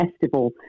Festival